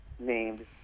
Named